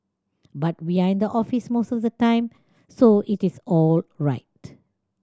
but we are in the office most of the time so it is all right